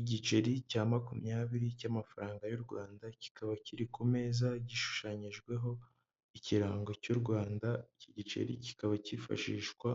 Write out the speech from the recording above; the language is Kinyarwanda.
Igiceri cya makumyabiri cy'amafaranga y'u Rwanda, kikaba kiri ku meza, gishushanyijweho ikirango cy'u Rwanda, iki giceri kikaba kifashishwa